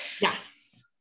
Yes